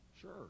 sure